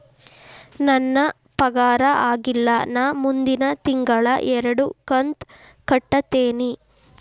ನನ್ನ ಪಗಾರ ಆಗಿಲ್ಲ ನಾ ಮುಂದಿನ ತಿಂಗಳ ಎರಡು ಕಂತ್ ಕಟ್ಟತೇನಿ